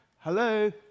hello